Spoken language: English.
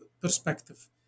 perspective